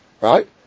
Right